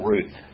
Ruth